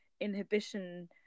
inhibition